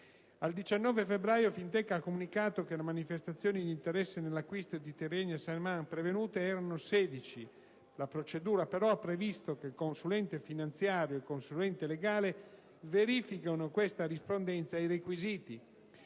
Al 19 febbraio, Fintecna ha comunicato che le manifestazioni di interesse all'acquisto di Tirrenia-Siremar pervenute sono state sedici. La procedura, però, ha previsto che il consulente finanziario e il consulente legale verifichino la rispondenza ai requisiti.